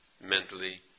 mentally